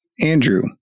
Andrew